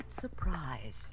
surprise